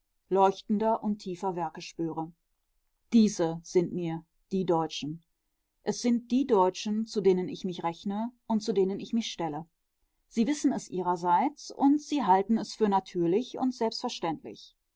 leuchtender und tiefer werke spüre diese sind mir die deutschen es sind die deutschen zu denen ich mich rechne und zu denen ich mich stelle sie wissen es ihrerseits und sie halten es für natürlich und selbstverständlich